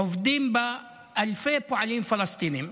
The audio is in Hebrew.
עובדים בה אלפי פועלים פלסטינים.